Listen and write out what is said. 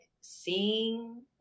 seeing